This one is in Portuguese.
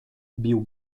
bill